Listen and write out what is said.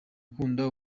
akunda